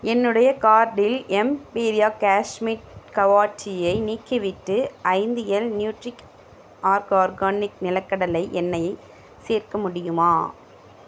என்னுடைய கார்ட்டில் எம்பீரியா கேஷ்மீர் காவா டீயை நீக்கிவிட்டு ஐந்து எல் நியூட்ரிஆர்க் ஆர்கானிக் நிலக்கடலை எண்ணெய்யை சேர்க்க முடியுமா